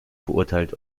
verurteilt